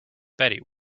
betty